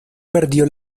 perdió